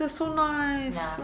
he so nice